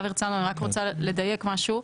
חבר הכנסת הרצנו אני רק רוצה לדייק משהו.